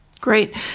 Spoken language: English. Great